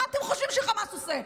מה אתם חושבים שחמאס עושה?